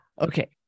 Okay